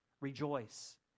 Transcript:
rejoice